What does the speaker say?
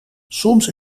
soms